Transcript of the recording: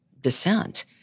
dissent